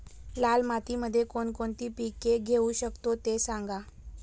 लाल मातीमध्ये कोणकोणती पिके घेऊ शकतो, ते सांगा